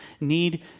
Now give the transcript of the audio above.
need